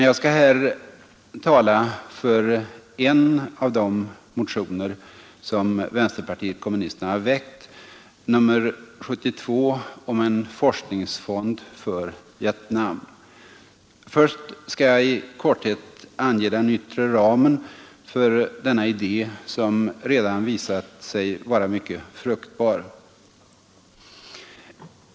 Jag skall här begränsa mig till att tala för en av de motioner som vänsterpartiet kommunisterna har väckt, nr 72 om en forskningsfond för Vietnam. Först skall jag i korthet ange den yttre ramen för denna idé, som redan visat sig vara mycket fruktbar.